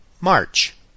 March